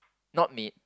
not maid